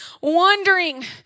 wondering